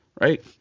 right